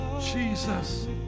Jesus